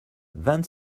vingt